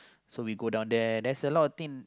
so we go down there there's a lot of thing